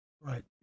Right